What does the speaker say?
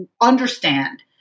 understand